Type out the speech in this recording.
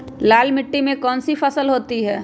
लाल मिट्टी में कौन सी फसल होती हैं?